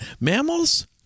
Mammals